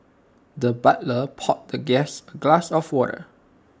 the butler poured the guest A glass of water